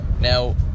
Now